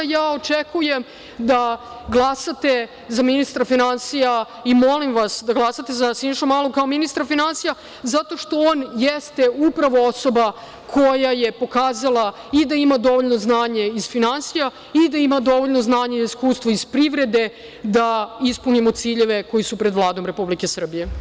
Očekujem da glasate za ministra finansija i da molim vas da glasate za Sinišu Malog kao ministra finansija, zato što on jeste upravo osoba koja je pokazala da ima dovoljno znanja iz finansija i da ima dovoljno znanje i iskustva iz privrede da ispunimo ciljeve koji su pred Vladom RS.